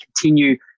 continue